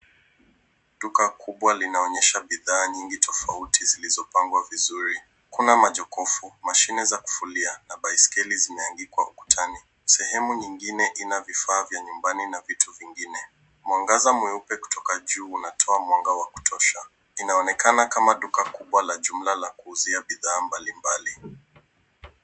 Duka kubwa linaonyesha bidhaa nyingi tofauti zilizopangwa vizuri. Kuna majokofu, mashine ya kufulia na mabaiskeli zimeangikwa ukutani. Sehemu nyingine ina vifaa vya nyumbani na vitu vingine. Mwangaza mweupe kutoka juu unatoa mwanga wa kutosha. Inaonekana kama dukakubwa la jumla la kuuzia bidhaa mbalimbali.